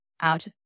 out